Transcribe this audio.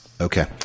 Okay